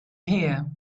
here